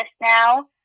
now